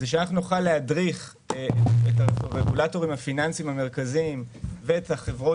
הוא שאנחנו נוכל להדריך את הרגולטורים הפיננסיים המרכזיים ואת החברות